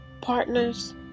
partners